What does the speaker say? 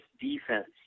defense